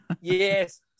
Yes